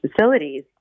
facilities